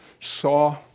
saw